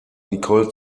nicole